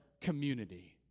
community